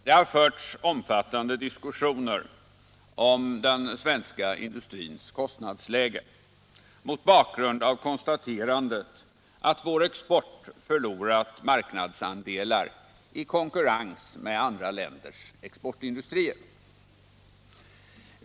Det har förts omfattande diskussioner om den svenska industrins kostnadsläge mot bakgrund av konstaterandet att vår export förlorat marknadsandelar i konkurrens med andra länders exportindustrier.